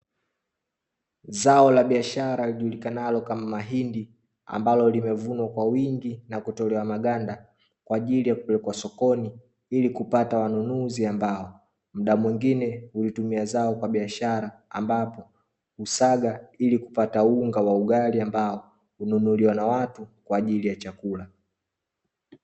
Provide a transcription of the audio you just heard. Zao la biashara lilijulikanalo kama mahindi, ambalo limevunwa kwa wingi na kutolewa maganda kwa ajili ya kupelekwa sokoni ili kupata wanunuzi ambao muda mwingine hulitumia zao kwa biashara ambapo kusaga ili kupata unga wa ugali ambao ununuliwa na watu kwa ajili ya chakula.